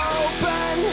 open